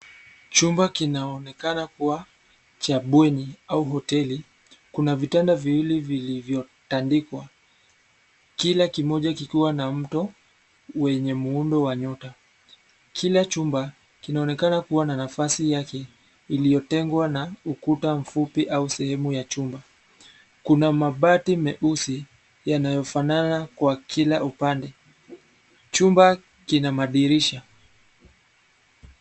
Chumba kinaoneka kuwa cha bweni au hoteli kuna vitanda viwili vilivyo tandikwa, kila kimoja kikiwa na mto wenye muundo wa nyota. Kila chumba kinaonekana kuwa na nafasi yake iliyotengwa na ukuta mfupi au sehemu ya chumba. Kuna mabati meusi yanayo fanana kwa kila upande chumba kina madirisha.